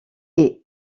est